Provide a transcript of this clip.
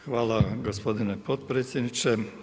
Hvala gospodine potpredsjedniče.